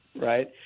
right